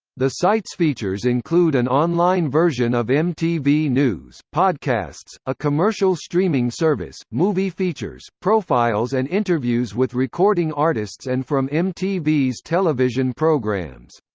the site's features include an online version of mtv news, podcasts, a commercial streaming service, movie features, profiles and interviews with recording artists and from mtv's television programs.